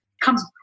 comes